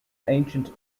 ancient